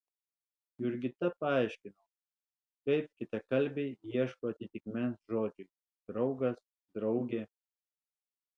jurgita paaiškino kaip kitakalbiai ieško atitikmens žodžiui draugas draugė